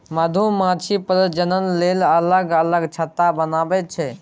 मधुमाछी प्रजनन लेल अलग अलग छत्ता बनबै छै